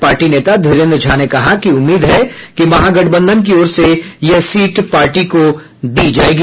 party नेता धीरेन्द्र झा ने कहा कि उम्मीद है कि महागठबंधन की ओर से यह सीट पार्टी को दी जायेगी